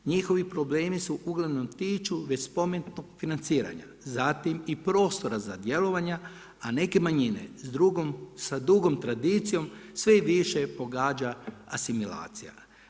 Njihovi problemi se uglavnom tiču već spomenutog financiranja, zatim i prostora za djelovanja, a neke manjine sa dugom tradicijom sve više pogađa asimilacija.